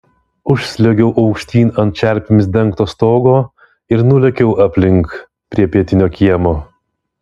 užsliuogiau aukštyn ant čerpėmis dengto stogo ir nulėkiau aplink prie pietinio kiemo